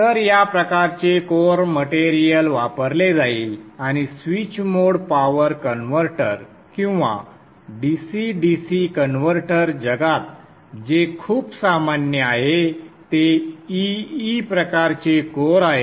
तर या प्रकारचे कोअर मटेरियल वापरले जाईल आणि स्विच मोड पॉवर कन्व्हर्टर किंवा DC DC कन्व्हर्टर जगात जे खूप सामान्य आहे ते E E प्रकारचे कोअर आहे